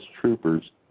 troopers